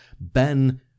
Ben